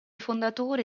fondatori